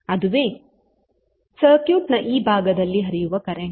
ಅದುವೇ ಸರ್ಕ್ಯೂಟ್ನ ಈ ಭಾಗದಲ್ಲಿ ಹರಿಯುವ ಕರೆಂಟ್